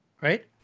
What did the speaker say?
right